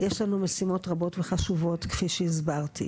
יש לנו משימות רבות וחשובות כפי שהזכרתי.